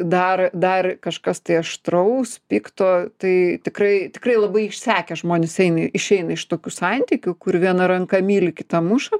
dar dar kažkas tai aštraus pikto tai tikrai tikrai labai išsekę žmonės eina išeina iš tokių santykių kur viena ranka myli kita muša